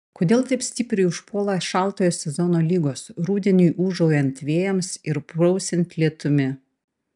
kodėl taip stipriai užpuola šaltojo sezono ligos rudeniui ūžaujant vėjams ir prausiant lietumi